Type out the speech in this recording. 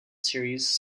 series